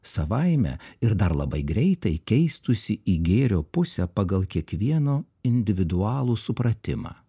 savaime ir dar labai greitai keistųsi į gėrio pusę pagal kiekvieno individualų supratimą